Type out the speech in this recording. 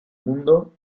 mundo